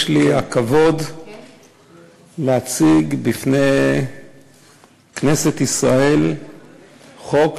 יש לי הכבוד להציג בפני כנסת ישראל חוק